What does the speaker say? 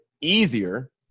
easier